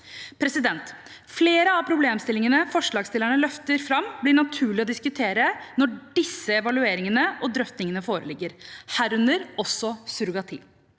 fagområder. Flere av problemstillingene forslagsstillerne løfter fram, blir naturlig å diskutere når disse evalueringene og drøftingene foreligger, herunder også surrogati.